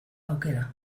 aukera